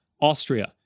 Austria